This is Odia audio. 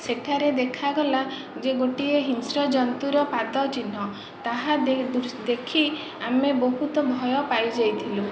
ସେଠାରେ ଦେଖାଗଲା ଯେ ଗୋଟିଏ ହିଂସ୍ର ଜନ୍ତୁର ପାଦ ଚିହ୍ନ ତାହା ଦେଖି ଆମେ ବହୁତ ଭୟ ପାଇଯାଇଥିଲୁ